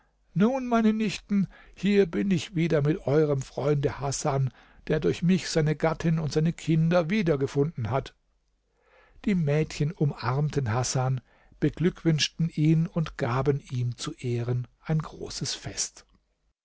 nun meine nichten hier bin ich wieder mit eurem freunde hasan der durch mich seine gattin und seine kinder wiedergefunden hat die mädchen umarmten hasan beglückwünschten ihn und gaben ihm zu ehren ein großes fest